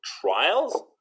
trials